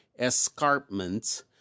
escarpments